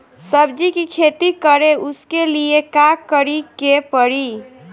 सब्जी की खेती करें उसके लिए का करिके पड़ी?